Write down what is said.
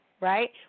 right